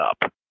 up